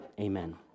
Amen